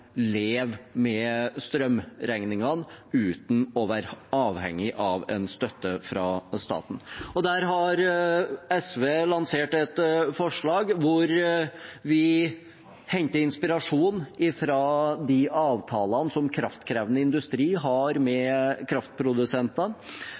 med strømregningene uten å være avhengig av en støtte fra staten. Der har SV lansert et forslag hvor vi henter inspirasjon fra de avtalene som kraftkrevende industri har med